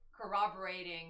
corroborating